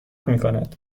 میکند